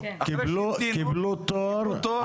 קיבלו תור,